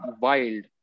wild